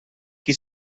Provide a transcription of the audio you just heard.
qui